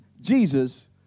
Jesus